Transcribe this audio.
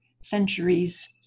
centuries